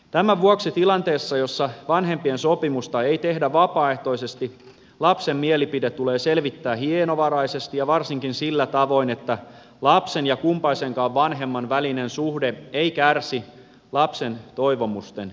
tämän vuoksi tilanteessa jossa vanhempien sopimusta ei tehdä vapaaehtoisesti lapsen mielipide tulee selvittää hienovaraisesti ja varsinkin sillä tavoin että lapsen ja kumpaisenkaan vanhemman välinen suhde ei kärsi lapsen toivomusten selvittämisestä